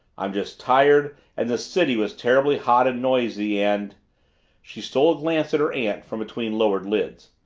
i'm just tired and the city was terribly hot and noisy and she stole a glance at her aunt from between lowered lids.